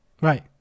Right